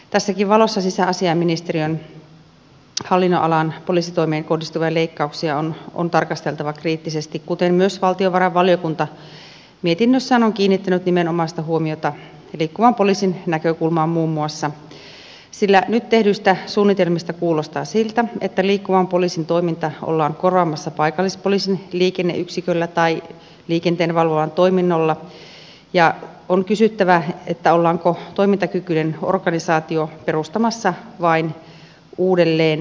tässäkin valossa sisäasiainministeriön hallinnonalan poliisitoimeen kohdistuvia leikkauksia on tarkasteltava kriittisesti kuten myös valtiovarainvaliokunta mietinnössään on kiinnittänyt nimenomaista huomiota muun muassa liikkuvan poliisin näkökulmaan sillä nyt tehdyt suunnitelmat kuulostavat siltä että liikkuvan poliisin toiminta ollaan korvaamassa paikallispoliisin liikenneyksiköllä tai liikenteenvalvonnan toiminnolla ja on kysyttävä ollaanko toimintakykyinen organisaatio perustamassa vain uudelleen